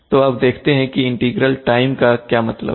तो अब देखते है कि इंटीग्रल टाइम का मतलब क्या है